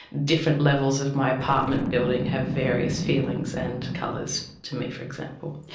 different levels of my apartment building have various feelings and colours to me, for example.